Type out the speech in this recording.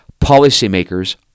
Policymakers